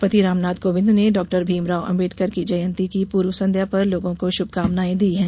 राष्ट्रपति रामनाथ कोविंद ने डाक्टर भीम राव अम्बेड़कर की जयंती की पूर्व संध्या पर लोगों को श्भकामनाए दी है